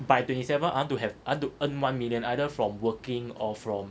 by twenty seven I want to have I want to earn one million either from working or from